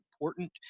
important